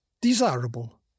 Desirable